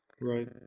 Right